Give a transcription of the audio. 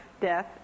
death